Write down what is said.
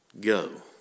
Go